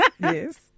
yes